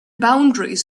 boundaries